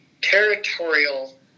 territorial